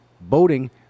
boating